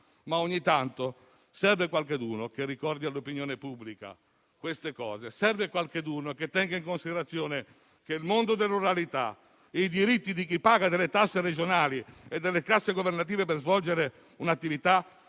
ogni tanto serve qualcuno che ricordi all'opinione pubblica queste cose e che tenga in considerazione che il mondo della ruralità e i diritti di chi paga tasse regionali e governative per svolgere un'attività